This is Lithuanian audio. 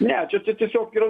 ne čia čia tiesiog yra